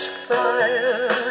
fire